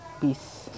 peace